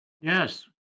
Yes